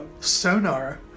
sonar